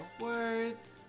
words